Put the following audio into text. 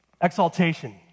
Exaltation